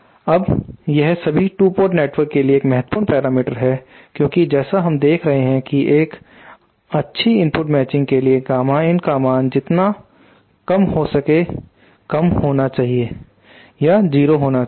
अब यह सभी 2 पोर्ट नेटवर्क के लिए एक महत्वपूर्ण पैरामीटर है क्योंकि जैसा हम देख रहे हैं कि एक अच्छी इनपुट मैचिंग के लिए गामा in का मान जितना हो सके कम होना चाहिए या 0 होना चाहिए